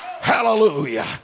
hallelujah